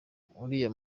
uriya